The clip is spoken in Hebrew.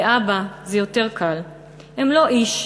להבא / זה יהיה יותר קל // הם לא איש,